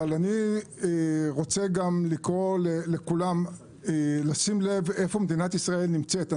אבל אני רוצה גם לקרוא לכולם לשים לב איפה מדינת ישראל נמצאת.